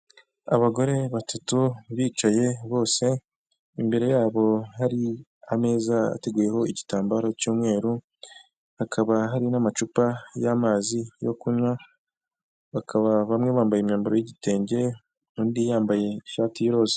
Abagore batatu bicaye bose, imbere yabo hari ameza ateguyeho igitambaro cy'umweru, hakaba hari n'amacupa y'amazi yo kunywa, bakaba bamwe bambaye imyambaro y'igitenge, undi yambaye ishati y'iroza.